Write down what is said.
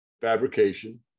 fabrication